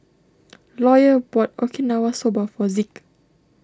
Lawyer bought Okinawa Soba for Zeke